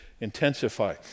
intensify